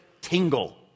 tingle